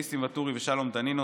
ניסים ואטורי ושלום דנינו,